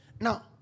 Now